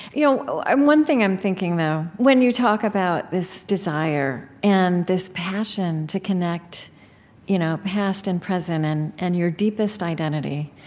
you know one thing i'm thinking, though, when you talk about this desire and this passion to connect you know past and present and and your deepest identity